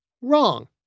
Wrong